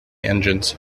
engines